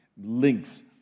links